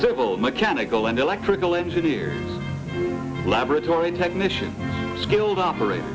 civil mechanical and electrical engineers laboratory technician skilled operat